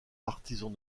partisans